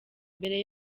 mbere